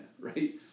right